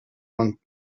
one